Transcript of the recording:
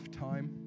time